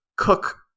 Cook